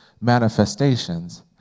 manifestations